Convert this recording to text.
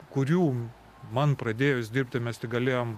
kurių man pradėjus dirbti mes tik galėjom